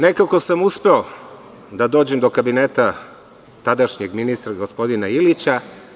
Nekako sam uspeo da dođem do kabineta tadašnjeg ministra gospodina Ilića.